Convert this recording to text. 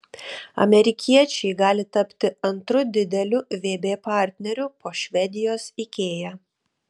amerikiečiai gali tapti antru dideliu vb partneriu po švedijos ikea